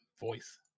voice